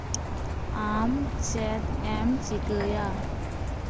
ᱟᱢ ᱪᱮᱫ ᱮᱢ ᱪᱤᱠᱟᱹᱭᱟ